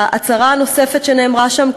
ההצהרה הנוספת שנאמרה שם,